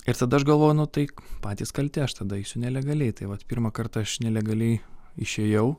ir tada aš galvoju nu tai patys kalti aš tada eisiu nelegaliai tai vat pirmą kartą aš nelegaliai išėjau